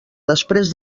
després